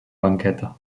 banqueta